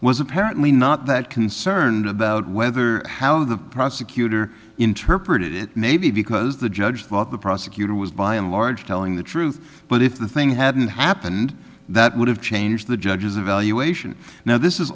was apparently not that concerned about whether how the prosecutor interpreted it maybe because the judge thought the prosecutor was by and large telling the truth but if the thing hadn't happened that would have changed the judge's evaluation now this is